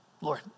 Lord